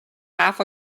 half